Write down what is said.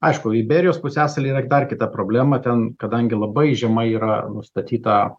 aišku liberijos pusiasaly yra dar kitą problema ten kadangi labai žemai yra nustatyta